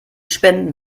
spenden